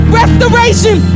restoration